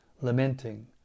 lamenting